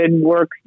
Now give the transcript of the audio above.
work